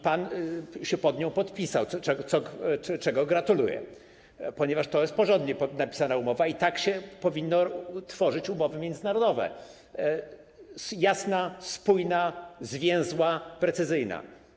Pan się pod nią podpisał, czego gratuluję, ponieważ to jest porządnie napisana umowa i tak się powinno tworzyć umowy międzynarodowe: jasna, spójna, zwięzła, precyzyjna.